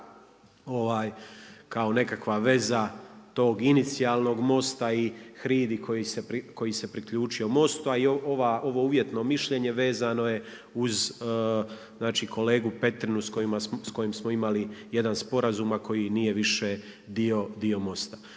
kao nekakva veza tog inicijalnog MOST-a i HRID-i koji se priključio MOST-u. A i ovo uvjetno mišljenje vezano je uz, znači kolegu Petrinu s kojim smo imali jedan sporazum, a koji nije više dio MOST-a.